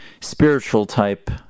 spiritual-type